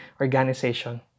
organization